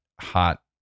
hot